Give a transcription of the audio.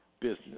business